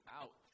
out